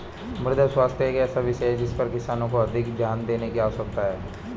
मृदा स्वास्थ्य एक ऐसा विषय है जिस पर किसानों को अधिक ध्यान देने की आवश्यकता है